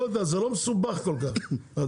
אני לא יודע, זה לא מסובך כל כך הדבר.